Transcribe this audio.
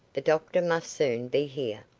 the doctor must soon be here,